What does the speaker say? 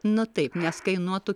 nu taip nes kainuotų